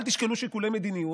ואל תשקלו שיקולי מדיניות,